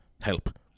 help